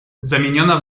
zamieniona